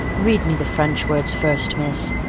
read me the french words first, miss,